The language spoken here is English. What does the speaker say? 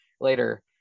later